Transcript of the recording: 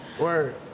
Word